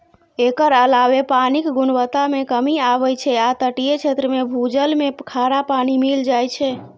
एकर अलावे पानिक गुणवत्ता मे कमी आबै छै आ तटीय क्षेत्र मे भूजल मे खारा पानि मिल जाए छै